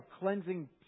cleansing